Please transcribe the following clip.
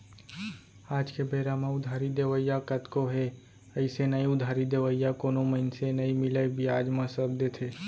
आज के बेरा म उधारी देवइया कतको हे अइसे नइ उधारी देवइया कोनो मनसे नइ मिलय बियाज म सब देथे